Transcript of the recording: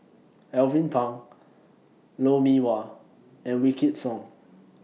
Alvin Pang Lou Mee Wah and Wykidd Song